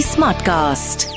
Smartcast